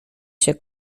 się